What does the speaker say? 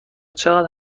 چقدر